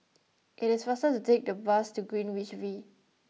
it is faster to take the bus to Greenwich V